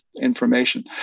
information